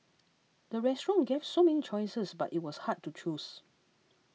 the restaurant gave so many choices but it was hard to choose